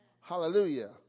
Hallelujah